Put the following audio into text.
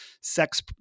sex